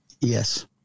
Yes